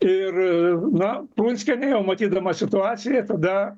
ir na prunskienė jau matydama situaciją tada